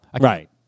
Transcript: Right